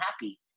happy